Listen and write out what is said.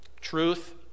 Truth